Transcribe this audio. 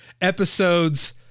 episodes